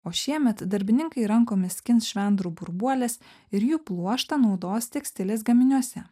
o šiemet darbininkai rankomis skins švendrų burbuolės ir jų pluoštą naudos tekstilės gaminiuose